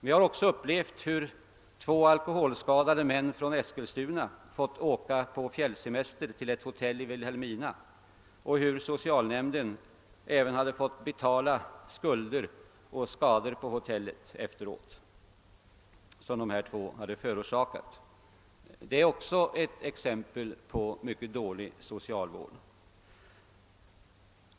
Vi har också erfarit att två alkoholskadade män från Eskilstuna fått åka på fjällsemester till ett hotell i Vilhelmina och att socialnämnden efteråt även fått betala skador som de under vistelsen åsamkade hotellet. Det är också ett exempel på mycket dålig socialvård.